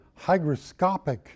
hygroscopic